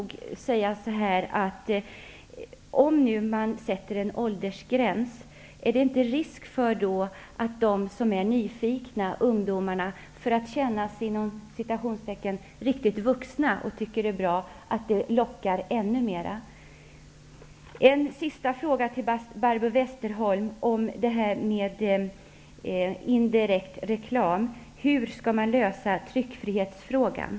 Finns det inte en risk för de ungdomar som är nyfikna och vill känna sig ''riktigt vuxna'' att det lockar ännu mera om man sätter en åldersgräns?